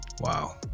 Wow